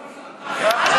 חבר,